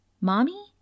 mommy